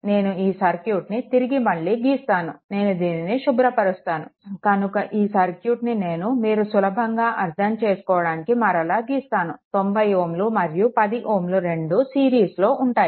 నేను ఈ సర్క్యూట్ని తిరిగి మళ్ళీ గీస్తాను నేను దీనిని శుభ్రపరుస్తాను కనుక ఈ సర్క్యూట్ని నేను మీరు సులభంగా అర్థం చేసుకోడానికి మరల గీస్తాను 90 Ω మరియు 10 Ω రెండు సిరీస్లో ఉంటాయి